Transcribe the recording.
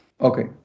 Okay